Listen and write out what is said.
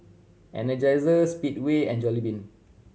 Energizer Speedway and Jollibean